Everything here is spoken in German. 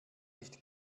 nicht